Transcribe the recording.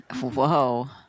whoa